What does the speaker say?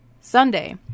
Sunday